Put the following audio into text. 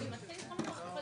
מי נמנע?